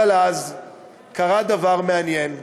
אבל אז קרה דבר מעניין,